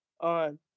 on